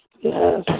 yes